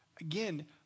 Again